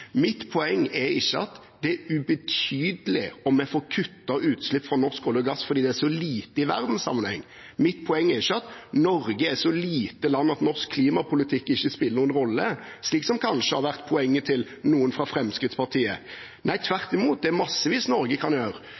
Mitt poeng er ikke at det er ubetydelig om vi får kuttet utslipp fra norsk olje og gass fordi det er så lite i verdenssammenheng. Mitt poeng er ikke at Norge er et så lite land at norsk klimapolitikk ikke spiller noen rolle, slik som kanskje poenget har vært til noen fra Fremskrittspartiet. Nei, tvert imot, det er massevis Norge kan gjøre.